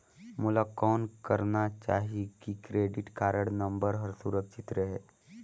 मोला कौन करना चाही की क्रेडिट कारड नम्बर हर सुरक्षित रहे?